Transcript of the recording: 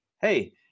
Hey